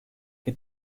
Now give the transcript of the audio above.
que